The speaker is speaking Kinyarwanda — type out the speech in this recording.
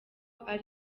ari